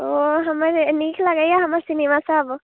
ओ हमर नीक लागैया हमर सिनेमा सब